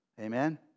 Amen